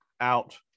out